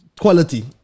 quality